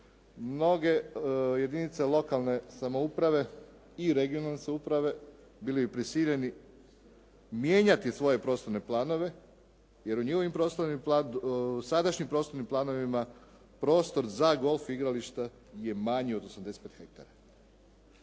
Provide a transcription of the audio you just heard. mnoge jedinice lokalne samouprave i regionalne samouprave bili bi prisiljeni mijenjati svoje prostorne planove, jer u njihovim sadašnjim prostornim planovima prostor za golf igrališta je manji od 85 ha.